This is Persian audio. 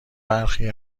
برخی